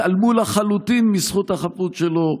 התעלמו לחלוטין מזכות החפות שלו,